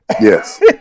Yes